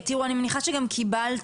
תראו, אני מניחה שגם קיבלתם